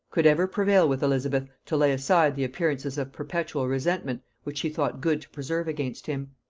could ever prevail with elizabeth to lay aside the appearances of perpetual resentment which she thought good to preserve against him.